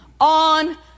on